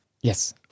Yes